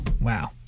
wow